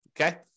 Okay